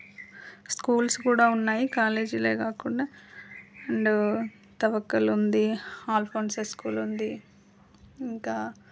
schools కూడా ఉన్నాయి కాలేజీలే కాకుండా అండ్ తవక్కలు ఉంది అల్ ఫ్రాన్సిస్ స్కూల్ ఉంది ఇంకా